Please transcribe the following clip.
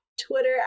Twitter